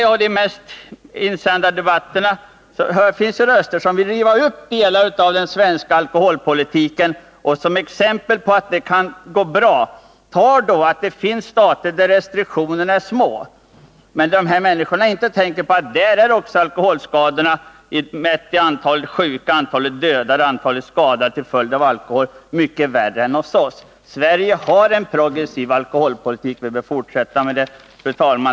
Till det mest stolliga hör att det finns röster för att riva upp delar av den svenska alkoholpolitiken vilka som exempel på att det går bra anför, att det finns stater där restriktionerna är små. Men vad dessa personer inte säger eller förstår är att alkoholskadorna där, mätt i antalet sjuka, antalet döda och antalet skadade till följd av alkohol är mycket större än hos oss. Sverige har en progressiv alkoholpolitik, och vi bör fortsätta med den. Fru talman!